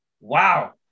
Wow